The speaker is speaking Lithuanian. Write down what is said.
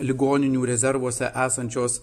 ligoninių rezervuose esančios